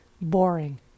boring